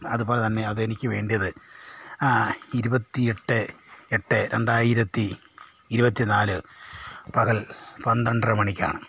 അതുപോലെ തന്നെ അതെനിക്ക് വേണ്ടത് ആ ഇരുപത്തിയെട്ട് എട്ട് രണ്ടായിരത്തി ഇരുപത്തി നാല് പകൽ പന്ത്രണ്ടര മണിക്കാണ്